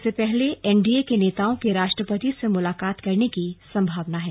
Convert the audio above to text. इससे पहले एनडीए के नेताओं के राष्ट्रपति से मुलाकात करने की संभावना है